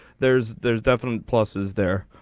there's there's definitely pluses there.